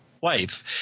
wife